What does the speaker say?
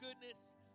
goodness